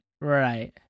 Right